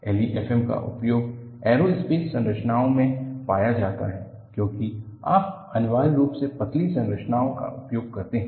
LEFM का उपयोग aerospace संरचनाओं में पाया जाता है क्योंकि आप अनिवार्य रूप से पतली संरचनाओं का उपयोग करते हैं